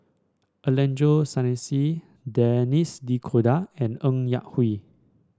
Angelo Sanelli Denis D'Cotta and Ng Yak Whee